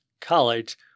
college